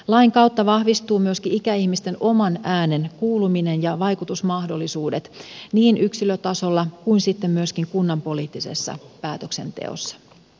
lain kautta vahvistuu myöskin ikäihmisten oman äänen kuuluminen ja vaikutusmahdollisuudet niin yksilötasolla kuin sitten myöskin kunnan poliittisessa päätöksenteossa